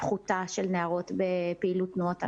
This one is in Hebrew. פחותה של נערות בפעילות תנועות הנוער,